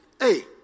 Hey